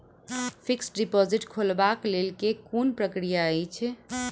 Fixed deposit खोलबाक लेल केँ कुन प्रक्रिया अछि?